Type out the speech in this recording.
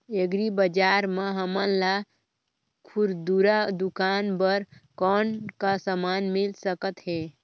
Agri बजार म हमन ला खुरदुरा दुकान बर कौन का समान मिल सकत हे?